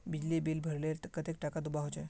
बिजली बिल भरले कतेक टाका दूबा होचे?